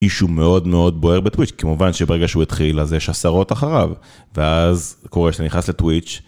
איש הוא מאוד מאוד בוער בטוויץ', כמובן שברגע שהוא התחיל, אז יש עשרות אחריו. ואז קורה שאני נכנס לטוויץ'.